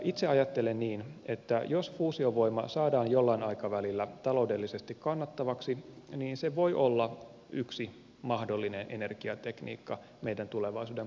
itse ajattelen niin että jos fuusiovoima saadaan jollain aikavälillä taloudellisesti kannattavaksi niin se voi olla yksi mahdollinen energiatekniikka meidän tulevaisuuden paletissamme